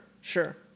sure